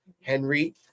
Henry